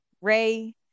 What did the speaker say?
Ray